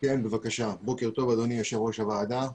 בוקר טוב אדוני יושב ראש הוועדה.